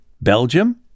Belgium